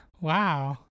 wow